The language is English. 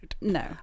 No